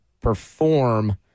perform